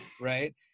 Right